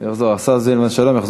השר סילבן שלום.